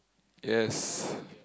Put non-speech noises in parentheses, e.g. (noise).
yes (breath)